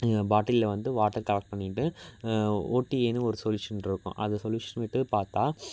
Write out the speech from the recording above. பாட்டிலில் வந்து water collect பண்ணிட்டு ஓடிஏன்னு ஒரு சொலுஷன் இருக்கும் அது சொலுஷன் விட்டு பார்த்தா